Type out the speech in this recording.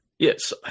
Yes